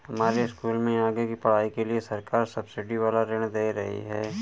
हमारे स्कूल में आगे की पढ़ाई के लिए सरकार सब्सिडी वाला ऋण दे रही है